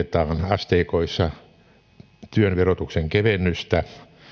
asteikoissa toteutetaan työn verotuksen kevennystä